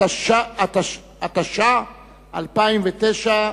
התש"ע 2009,